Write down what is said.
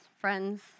friends